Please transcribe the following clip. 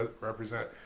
represent